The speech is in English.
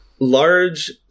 Large